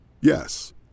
Yes